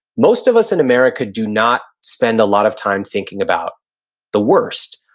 most of us in america do not spend a lot of time thinking about the worst.